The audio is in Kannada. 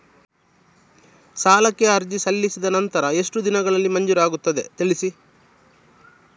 ಸಾಲಕ್ಕೆ ಅರ್ಜಿ ಸಲ್ಲಿಸಿದ ನಂತರ ಎಷ್ಟು ದಿನಗಳಲ್ಲಿ ಮಂಜೂರಾಗುತ್ತದೆ ತಿಳಿಸಿ?